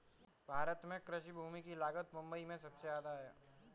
भारत में कृषि भूमि की लागत मुबई में सुबसे जादा है